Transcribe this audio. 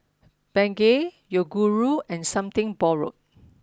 Bengay Yoguru and something borrowed